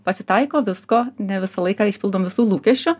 pasitaiko visko ne visą laiką išpildom visų lūkesčių